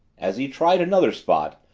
as he tried another spot,